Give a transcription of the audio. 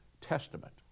Testament